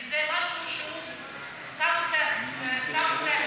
כי זה משהו שהוא סנקציה קיצונית,